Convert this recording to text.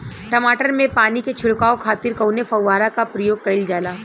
टमाटर में पानी के छिड़काव खातिर कवने फव्वारा का प्रयोग कईल जाला?